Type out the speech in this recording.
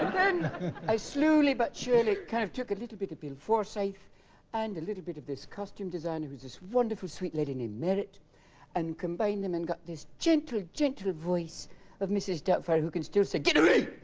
i slowly, but surely kind of took a little bit of bill for safe and a little bit of this costume designer who's this wonderful sweet lady named merit and? combined them and got this gentle gentle voice of mrs. doubtfire who can still say gary? it